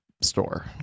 store